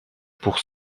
pour